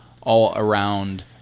all-around